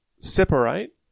Separate